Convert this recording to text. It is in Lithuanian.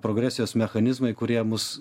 progresijos mechanizmai kurie mus